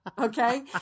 okay